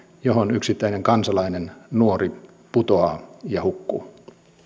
joihin yksittäinen kansalainen nuori putoaa ja hukkuu